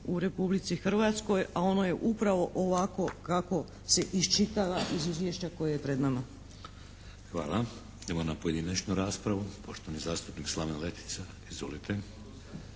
u Republici Hrvatskoj, a ono je upravo ovako kako se iščitava iz Izvješća koje je pred nama. **Šeks, Vladimir (HDZ)** Hvala. Idemo na pojedinačnu raspravu. Poštovani zastupnik Slaven Letica, izvolite.